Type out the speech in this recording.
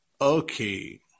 Okay